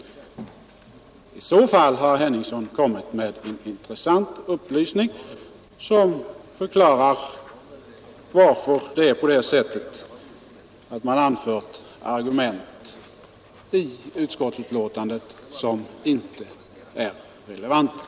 I så fall har herr Henningsson kommit med en intressant upplysning, som förklarar varför man i utskottsbetänkandet anfört argument som inte är relevanta.